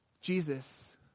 Jesus